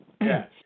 Yes